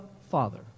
Father